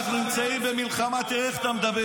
אנחנו נמצאים במלחמה, תראה איך אתה מדבר.